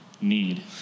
need